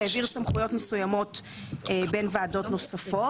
והעביר סמכויות נוספות בין ועדות נוספות.